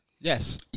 Yes